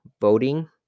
voting